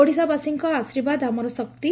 ଓଡ଼ିଶାବାସୀଙ୍କ ଆଶୀର୍ବାଦ ଆମର ଶକ୍ତି